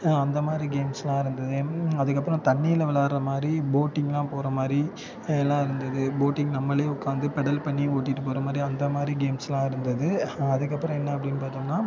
அந்த மாதிரி கேம்ஸ்லாம் இருந்தது அதுக்கப்புறம் தண்ணியில் விளாட்ற மாதிரி போட்டிங்லாம் போகிற மாதிரி எல்லாம் இருந்தது போட்டிங் நம்மளே உட்காந்து பெடல் பண்ணி ஓட்டிட்டு போகிற மாதிரி அந்த மாதிரி கேம்ஸ்லாம் இருந்தது அதுக்கப்புறம் என்ன அப்படின்னு பார்த்தோம்னா